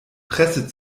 presse